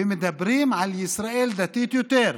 מדברים על ישראל דתית יותר,